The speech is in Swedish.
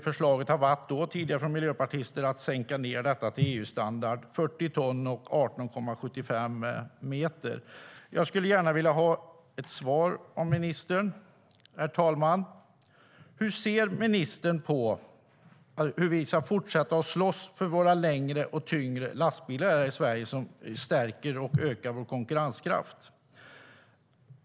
Förslaget från miljöpartisterna har tidigare varit att sänka detta till EU-standarden 40 ton och 18,75 meter. Jag skulle gärna vilja ha ett svar av ministern, herr talman. Hur ser ministern på hur vi ska fortsätta att slåss för våra längre och tyngre lastbilar här i Sverige, som stärker och ökar vår konkurrenskraft?